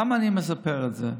למה אני מספר את זה?